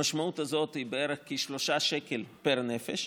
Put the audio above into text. המשמעות הזאת היא בערך 3 שקלים פר נפש,